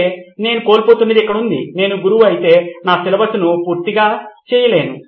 అయితే నేను కోల్పోతున్నది ఇక్కడ ఉంది నేను గురువు అయితే నా సిలబస్ను పూర్తి చేయలేను